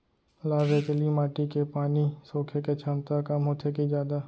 लाल रेतीली माटी के पानी सोखे के क्षमता कम होथे की जादा?